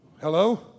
Hello